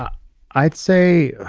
ah i'd say,